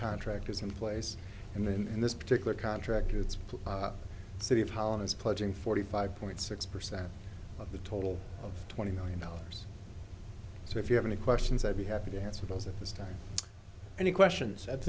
contract is in place and in this particular contract it's a city of holland's pledging forty five point six percent of the total of twenty million dollars so if you have any questions i'd be happy to answer those at this time any questions at